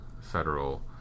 federal